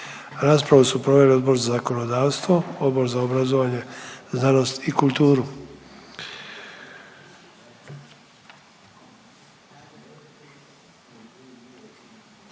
Raspravu su proveli Odbor za zakonodavstvo i Odbor za obrazovanje, znanost i kulturu.